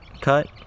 cut